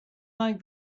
like